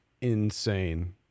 insane